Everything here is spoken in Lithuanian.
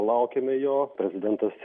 laukėme jo prezidentas